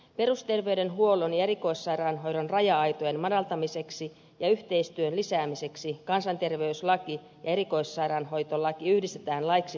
perusterveydenhuollon ja erikoissairaanhoidon raja aitojen madaltamiseksi ja yhteistyön lisäämiseksi kansanterveyslaki ja erikoissairaanhoitolaki yhdistetään laiksi terveydenhuollosta